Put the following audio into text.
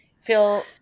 feel